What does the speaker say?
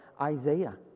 Isaiah